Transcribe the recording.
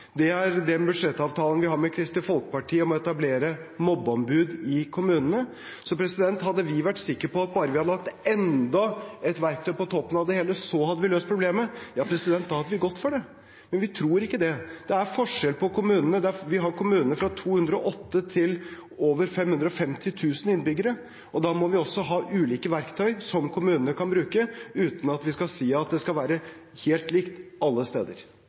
det er den budsjettavtalen vi har med Kristelig Folkeparti om å etablere mobbeombud i kommunene. Hadde vi vært sikre på at bare vi hadde lagt enda et verktøy på toppen av det hele, så hadde vi løst problemet – da hadde vi gått for det. Men vi tror ikke det. Det er forskjell på kommunene. Vi har kommuner fra 208 innbyggere til over 550 000 innbyggere. Da må vi også ha ulike verktøy som kommunene kan bruke, uten at vi skal si at det skal være helt likt alle steder.